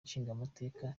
nshingamateka